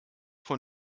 von